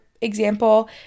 example